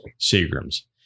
Seagram's